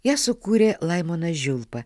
ją sukūrė laimonas žiulpa